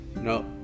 No